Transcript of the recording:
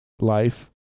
life